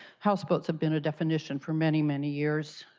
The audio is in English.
houseboats have been a definition for many, many years.